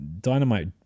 Dynamite